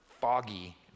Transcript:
foggy